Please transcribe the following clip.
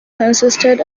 consisted